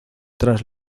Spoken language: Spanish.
tras